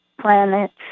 planets